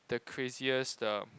the craziest the